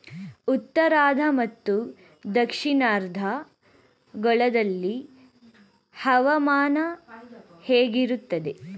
ಉತ್ತರಾರ್ಧ ಮತ್ತು ದಕ್ಷಿಣಾರ್ಧ ಗೋಳದಲ್ಲಿ ಹವಾಮಾನ ಹೇಗಿರುತ್ತದೆ?